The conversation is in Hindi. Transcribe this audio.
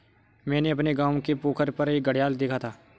मैंने अपने गांव के पोखर पर एक घड़ियाल देखा था